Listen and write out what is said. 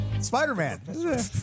Spider-Man